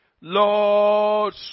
lord